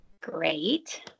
Great